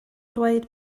dweud